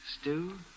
Stew